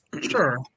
Sure